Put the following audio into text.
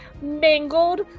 mangled